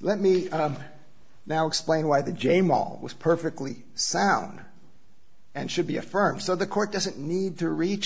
let me now explain why the j mall was perfectly sound and should be a firm so the court doesn't need to reach